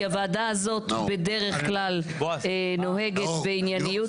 הוועדה הזאת בדרך כלל נוהגת בענייניות